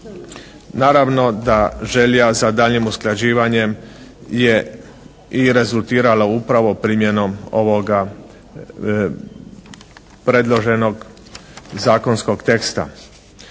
Naravno da želja za daljnjim usklađivanjem je i rezultirala upravo primjenom ovoga predloženog zakonskog teksta.